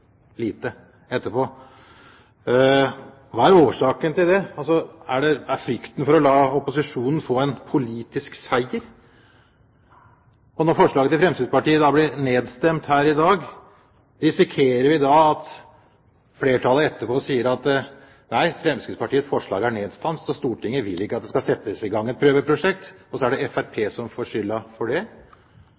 etterpå. Hva er årsaken til det? Er det frykten for å la opposisjonen få en politisk seier? Når forslaget til Fremskrittspartiet blir nedstemt her i dag, risikerer vi da at flertallet etterpå sier at nei, Fremskrittspartiets forslag er nedstemt, så Stortinget vil ikke at det skal settes i gang et prøveprosjekt? Og så er det Fremskrittspartiet som får skylden for det.